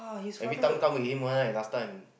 every time come again one right last time